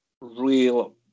real